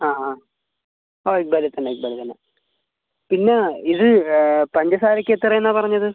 ആ ആ ഓയ് വെളിച്ചെണ്ണെ ഈ വെളിച്ചെണ്ണ പിന്നെ ഇത് പഞ്ചസാരയ്ക്ക് എത്രേന്നാണ് പറഞ്ഞത്